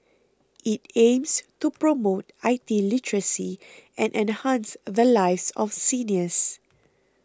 it aims to promote I T literacy and enhance the lives of seniors